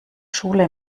schule